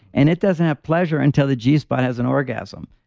and it doesn't have pleasure until the g spot has an orgasm.